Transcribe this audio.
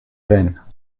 veines